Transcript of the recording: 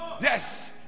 Yes